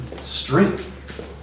strength